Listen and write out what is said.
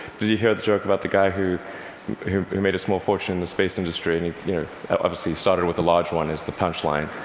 did you hear the joke about the guy who made a small fortune in the space industry? and you know obviously, he started with a large one, is the punchline.